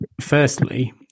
firstly